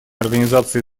организации